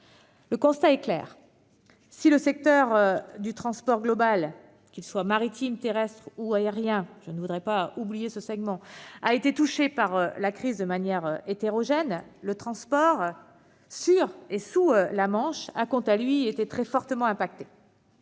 Le constat est clair : si le secteur du transport global- maritime, terrestre, aérien ; je n'oublie pas ce dernier segment -a été touché par la crise de manière hétérogène, le transport sur et sous la Manche a, quant à lui, été très fortement impacté.